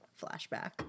flashback